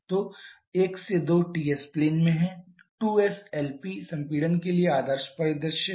तो 1 2 Ts plane में है 2s LP संपीड़न के लिए आदर्श परिदृश्य है